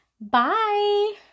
Bye